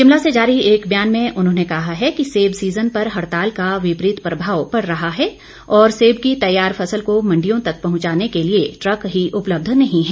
शिमला से जारी एक ब्यान में उन्होंने कहा है कि सेब सीजन पर हड़ताल का विपरीत प्रभाव पड़ रहा है और सेब की तैयार फसल को मंडियों तक पहुंचाने के लिए ट्रक ही उपलब्ध नहीं है